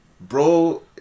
Bro